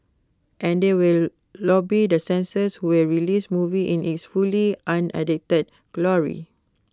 and they will lobby the censors who will release movie in its fully unedited glory